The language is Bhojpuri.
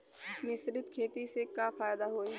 मिश्रित खेती से का फायदा होई?